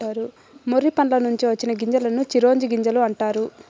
మొర్రి పండ్ల నుంచి వచ్చిన గింజలను చిరోంజి గింజలు అంటారు